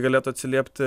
galėtų atsiliepti